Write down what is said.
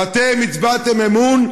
ואתם הצבעתם אמון,